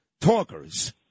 Talkers